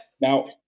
Now